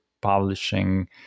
publishing